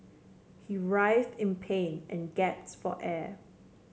he writhed in pain and gasp for air